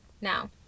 now